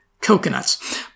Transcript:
coconuts